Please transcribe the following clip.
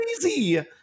crazy